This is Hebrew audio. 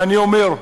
ואני אומר,